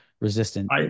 resistant